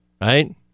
right